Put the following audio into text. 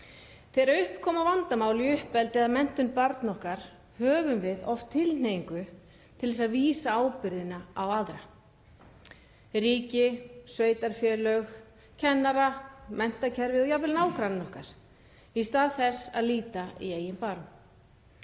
Þegar upp koma vandamál í uppeldi eða menntun barna okkar höfum við oft tilhneigingu til þess að vísa ábyrgðinni á aðra; ríki, sveitarfélög, kennara, menntakerfið og jafnvel nágranna okkar, í stað þess að líta í eigin barm.